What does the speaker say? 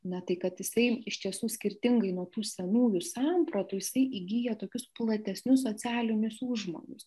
na tai kad jisai iš tiesų skirtingai nuo tų senųjų sampratų jisai įgyja tokius platesnius socialinius užmojus